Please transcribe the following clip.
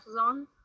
on